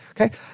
Okay